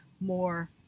more